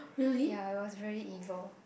ya it was very evil